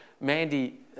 Mandy